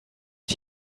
ich